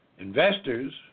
investors